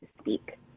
speak